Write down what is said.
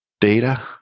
data